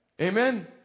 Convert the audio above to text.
Amen